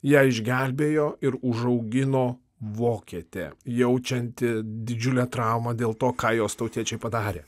ją išgelbėjo ir užaugino vokietė jaučianti didžiulę traumą dėl to ką jos tautiečiai padarė